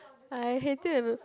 I hated